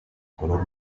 color